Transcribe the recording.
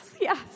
Yes